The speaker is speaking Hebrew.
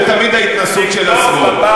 זה תמיד ההתנשאות של השמאל.